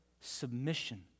submission